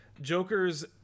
jokers